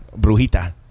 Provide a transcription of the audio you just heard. Brujita